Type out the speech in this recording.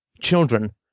children